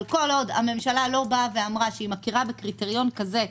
אבל כל עוד הממשלה לא אמרה שהיא מכירה בקריטריון כזה,